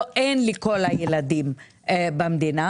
אין לכל הילדים במדינה.